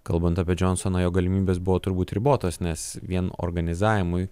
kalbant apie džonsoną jo galimybės buvo turbūt ribotos nes vien organizavimui